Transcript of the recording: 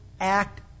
act